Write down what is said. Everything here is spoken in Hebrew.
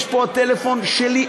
יש פה הטלפון שלי,